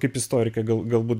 kaip istorikė gal galbūt